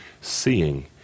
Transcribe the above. seeing